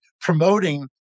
promoting